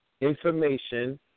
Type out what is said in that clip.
information